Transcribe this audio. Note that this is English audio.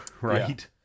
Right